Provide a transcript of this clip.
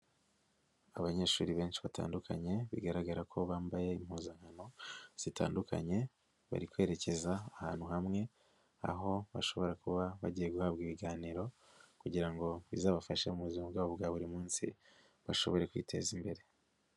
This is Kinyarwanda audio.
Abanyeshuri benshi batandukanye bigaragara ko bambaye impuzankano zitandukanye, bari kwerekeza ahantu hamwe aho bashobora kuba bagiye guhabwa ibiganiro kugira ngo bizabafashe mu buzima bwabo bwa buri munsi bashobore kwiteza imbere.